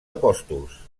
apòstols